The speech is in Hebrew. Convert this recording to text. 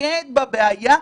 להתמקד בבעיה,